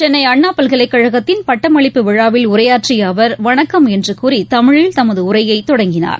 சென்னை அண்ணா பல்கலைக்கழகத்தின்பட்டமளிப்பு விழாவில் உரையாற்றிய அவர் வணக்கம் என்று கூறி தமிழில் தமது உரையை தொடங்கினார்